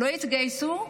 לא התגייסו,